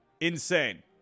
insane